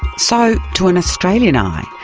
so to an australian eye,